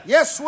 Yes